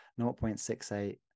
0.68